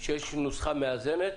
שיש נוסחה מאזנת,